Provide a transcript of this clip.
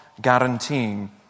guaranteeing